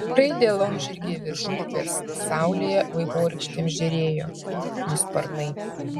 skraidė laumžirgiai virš upės saulėje vaivorykštėm žėrėjo jų sparnai